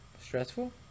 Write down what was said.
Stressful